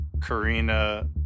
Karina